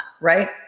right